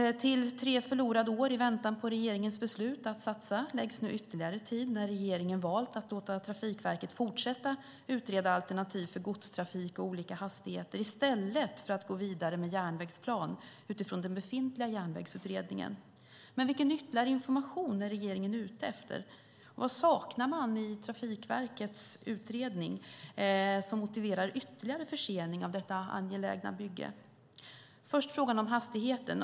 Till tre förlorade år i väntan på regeringens beslut att satsa läggs nu ytterligare tid när regeringen valt att låta Trafikverket fortsätta att utreda alternativ för godstrafik och olika hastigheter i stället för att gå vidare med järnvägsplanen utifrån den befintliga Järnvägsutredningen. Vilken ytterligare information är regeringen ute efter? Vad i Trafikverkets utredning saknar man som motiverar ytterligare försening av detta angelägna bygge? Låt mig ta upp frågan om hastigheten.